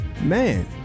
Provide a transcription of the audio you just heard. man